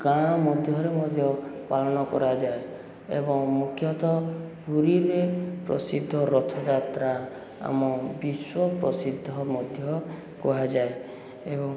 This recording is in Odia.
ଗାଁ ମଧ୍ୟରେ ମଧ୍ୟ ପାଳନ କରାଯାଏ ଏବଂ ମୁଖ୍ୟତଃ ପୁରୀରେ ପ୍ରସିଦ୍ଧ ରଥଯାତ୍ରା ଆମ ବିଶ୍ୱ ପ୍ରସିଦ୍ଧ ମଧ୍ୟ କୁହାଯାଏ ଏବଂ